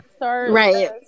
right